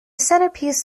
centerpiece